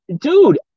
dude